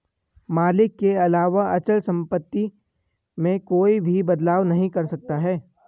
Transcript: मालिक के अलावा अचल सम्पत्ति में कोई भी बदलाव नहीं कर सकता है